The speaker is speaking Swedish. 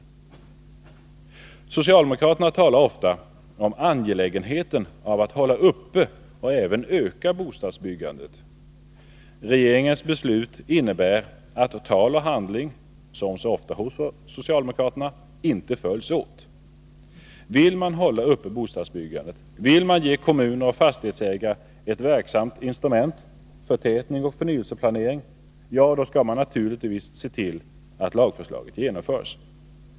Socialdemokraterna talar ofta om angelägenheten av att hålla uppe och även öka bostadsbyggandet. Regeringens beslut innebär att tal och handling — som så ofta hos socialdemokraterna — inte följs åt. Vill man hålla uppe bostadsbyggandet, vill man ge kommuner och fastighetsägare ett verksamt instrument, förtätning och förnyelseplanering, då skall man naturligtvis se till att lagförslaget genomförs.